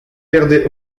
perdais